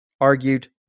argued